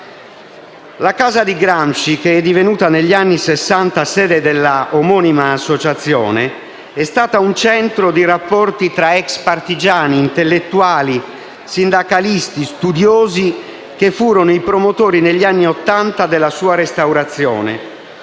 La casa di Gramsci, che è divenuta negli anni Sessanta sede della omonima associazione, è stata un centro di rapporti tra ex partigiani, intellettuali, sindacalisti e studiosi, che furono i promotori, negli anni Ottanta, della sua restaurazione.